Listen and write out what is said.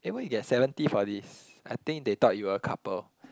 eh why you get seventy for this I think they thought you were a couple